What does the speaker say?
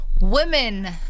Women